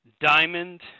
diamond